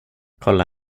kolla